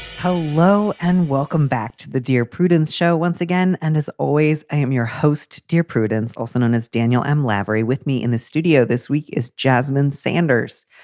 hello and welcome back to the dear prudence show once again. and as always, i am your host. dear prudence, also known as daniel m. laverick. with me in the studio this week is jasmine sanders,